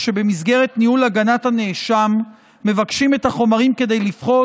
כשבמסגרת ניהול הגנת הנאשם מבקשים את החומרים כדי לבחון